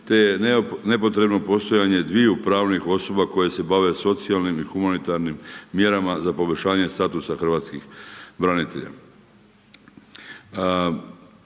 te je nepotrebno postojanje dviju pravnih osoba koje se bave socijalnim i humanitarnim mjerama za poboljšanje statusa hrvatskih branitelja,